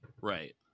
right